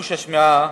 חוש השמיעה